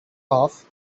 off